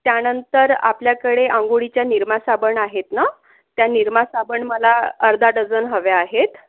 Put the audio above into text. त्यानंतर आपल्याकडे आंघोळीच्या निरमा साबण आहेत ना त्या निरमा साबण मला अर्धा डझन हव्या आहेत